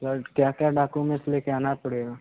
sir क्या क्या documents ले कर आना पड़ेगा